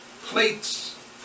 plates